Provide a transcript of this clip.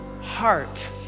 heart